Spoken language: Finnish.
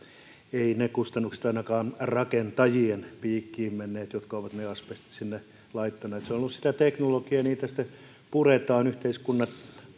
eivät ne kustannukset menneet ainakaan niiden rakentajien piikkiin jotka ovat ne asbestit sinne laittaneet se on ollut sitä teknologiaa ja niitä sitten puretaan yhteiskunta